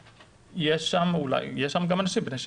יש שם אנשים בני 75?